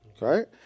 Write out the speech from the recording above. Right